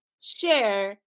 share